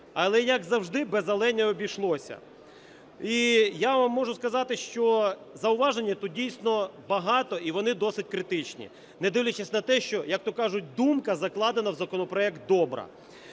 Але, як завжди, без "але" не обійшлося. І я вам можу сказати, що зауважень тут дійсно багато, і вони досить критичні, не дивлячись на те, що, як то кажуть, думка закладена у законопроект добра.